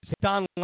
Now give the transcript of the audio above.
Don